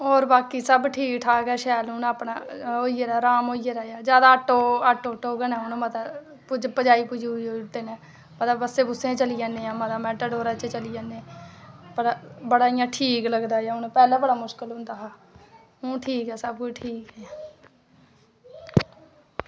होर बाकी सब ठीक ऐ बाकी उनें अपना होई गेदा ऐ आराम होई गेदा ऐ जादै ऑटो गै न मते ते पजाई दिंदे न ते कदें बस्सें च चली जन्ने कदें मेटाडोरें च चली जन्ने ते बड़ा ठीक लगदा ऐ पैह्लें बड़ा मुश्कल लगदा हा हून ठीक ऐ सबकुछ ठीक ऐ